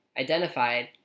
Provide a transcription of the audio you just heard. identified